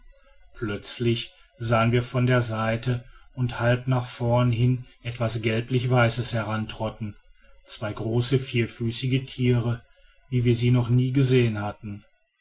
plötzlich sehen wir von der seite und halb nach vorn hin etwas gelblich weißes herantrotten zwei große vierfüßige tiere wie wir sie noch nie gesehen hatten